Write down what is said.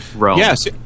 Yes